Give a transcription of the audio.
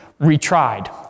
retried